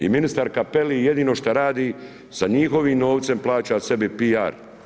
I ministar Capelli jedino šta radi sa njihovim novcem plaća sebi PR.